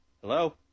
Hello